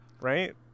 right